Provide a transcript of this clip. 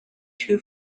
two